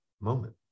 moment